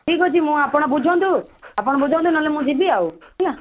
ଠିକ୍ ଅଛି ମୁଁ ଆପଣ ବୁଝନ୍ତୁ ଆପଣ ବୁଝନ୍ତୁ ନହେଲେ ମୁଁ ଯିବି ଆଉ ହେଲା